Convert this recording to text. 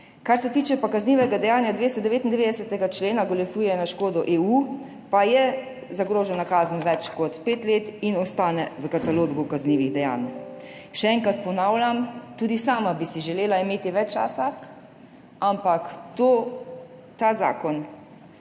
Kar se tiče kaznivega dejanja iz 299. člena, goljufije na škodo EU, pa je zagrožena kazen več kot pet let in ostane v katalogu kaznivih dejanj. Še enkrat ponavljam, tudi sama bi si želela imeti več časa, ampak ta zakon